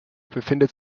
befindet